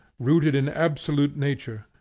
rooted in absolute nature,